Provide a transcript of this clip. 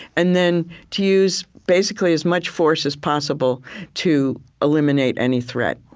and then to use basically as much force as possible to eliminate any threat.